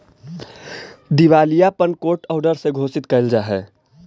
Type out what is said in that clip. दिवालियापन court order से घोषित कैल जा हई